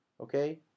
okay